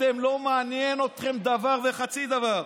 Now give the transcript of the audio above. אתם, לא מעניין אתכם דבר וחצי דבר.